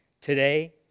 Today